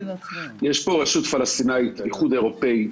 יש כאן רשות פלסטינית, איחוד אירופאי,